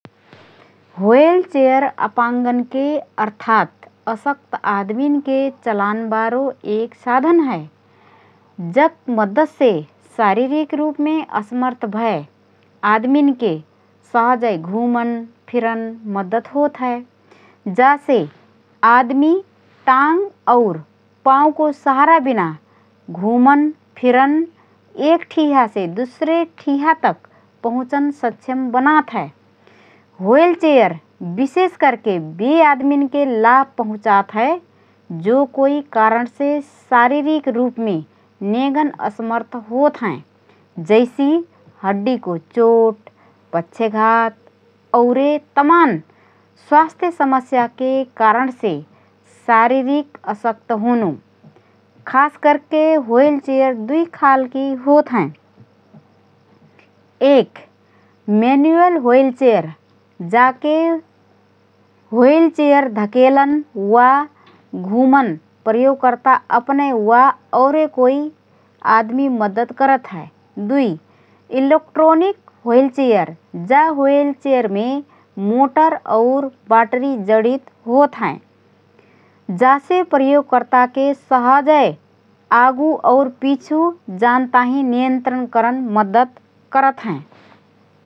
ह्वीलचेयर अपाङ्गनके अर्थात् असक्त आदमीनके चलानबारो एक साधन हए । जक मद्दतसे शारीरिक रूपमे असमर्थ भए आदमीनके सहजए घुँमन फिरन मद्दत होतहए । जासे आदमी टाङ् और पावँको साहारा बिना घुँमन, फिरन, एक ठिहासे दुसरे ठिहातक पहुँचन सक्षम बनात हए । ह्वीलचेयर विशेष करके बे आदमीनके लाभ पहुँचात हए, जो कोइ कारणले शारीरिक रूपमे नेँगन असमर्थ होतहएँ । जैसि: हड्डीको चोट, पक्षाघात वा औरे तमान स्वास्थ्य समस्याके कारणसे शारीरिक अशक्त होनो । खास करके ह्वीलचेयर दुई खालकी होतहएँ: १. म्यानुअल ह्वीलचेयर: जाके ह्वीलचेयर धकेलन वा घुमान प्रयोगकर्ता अपनए वा औरो कोइ आदमी मद्दत करत हए । २. इलेक्ट्रिक ह्वीलचेयर: जा ह्वीलचेयरमे मोटर और बाटरी जडित होतहएँ । जासे प्रयोगकर्ताके सहजए आगु और पिछु जान ताहिँ नियन्त्रण करन मद्दत करत हए ।